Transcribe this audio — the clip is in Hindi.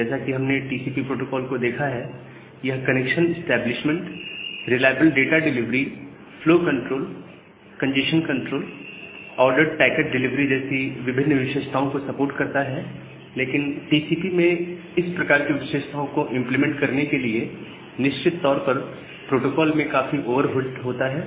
जैसा कि हमने टीसीपी प्रोटोकोल को देखा है यह connection establishment reliable data delivery flow control congestion control ordered packet delivery जैसी विभिन्न विशेषताओं को सपोर्ट करता है लेकिन टीसीपी में इस प्रकार की विशेषताओं को इंप्लीमेंट करने के लिए निश्चित तौर पर प्रोटोकॉल में काफी ओवरहेड होता है